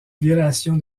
violation